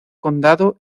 condado